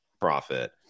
profit